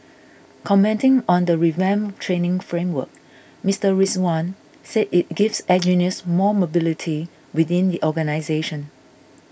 commenting on the revamped training framework Mister Rizwan said it gives engineers more mobility within the organisation